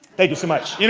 thank you so much. you